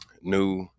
new